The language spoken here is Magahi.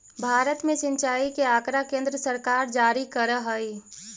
भारत में सिंचाई के आँकड़ा केन्द्र सरकार जारी करऽ हइ